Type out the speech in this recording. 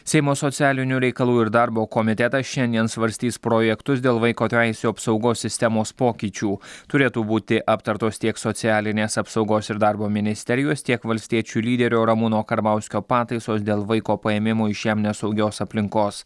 seimo socialinių reikalų ir darbo komitetas šiandien svarstys projektus dėl vaiko teisių apsaugos sistemos pokyčių turėtų būti aptartos tiek socialinės apsaugos ir darbo ministerijos tiek valstiečių lyderio ramūno karbauskio pataisos dėl vaiko paėmimo iš jam nesaugios aplinkos